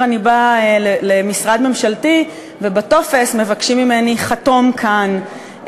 אני באה למשרד ממשלתי ובטופס מבקשים ממני: "חתום כאן",